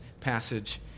passage